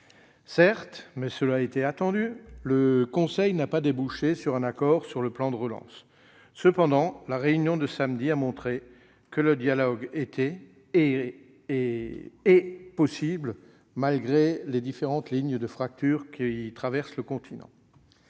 Certes, mais cela était attendu, le Conseil n'a pas abouti à un accord sur le plan de relance. Cependant, cette rencontre a montré que le dialogue est possible, malgré les différentes lignes de fracture traversant le continent.